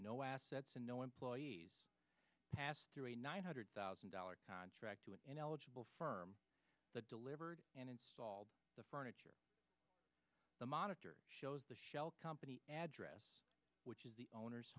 no assets and no employees passed through a nine hundred thousand dollars contract to an ineligible firm that delivered and installed the furniture the monitor shows the shell company address which is the owner